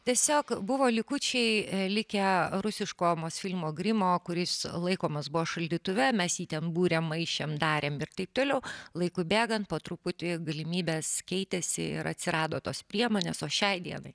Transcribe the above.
tiesiog buvo likučiai likę rusiško mosfilmo grimo kuris laikomas buvo šaldytuve mes jį ten būrė maišėm darėm ir taip toliau laikui bėgant po truputį galimybės keitėsi ir atsirado tos priemonės o šiai dienai